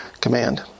command